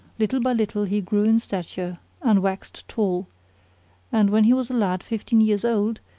little by little he grew in stature and waxed tall and when he was a lad fifteen years old,